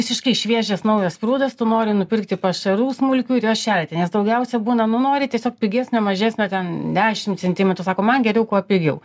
visiškai šviežias naujas prūdas tu nori nupirkti pašarų smulkių ir juos šerti nes daugiausia būna nu nori tiesiog pigesnio mažesnio ten dešim centimetrų sako man geriau kuo pigiau